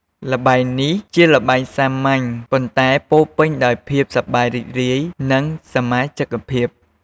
ល្បែងនេះជាល្បែងសាមញ្ញ ប៉ុន្តែពោរពេញដោយភាពសប្បាយរីករាយ និងសមាជិកភាព។